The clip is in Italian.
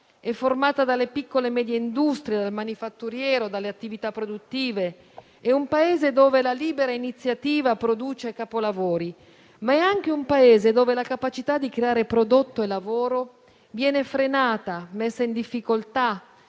è formata dalle piccole e medie industrie, dal manifatturiero, dalle attività produttive. È un Paese in cui la libera iniziativa produce capolavori, ma è anche un Paese dove la capacità di creare prodotto e lavoro viene frenata, messa in difficoltà